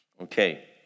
Okay